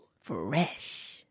Fresh